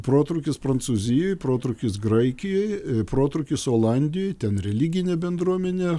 protrūkis prancūzijoj protrūkis graikijoj protrūkis olandijoj ten religinė bendruomenė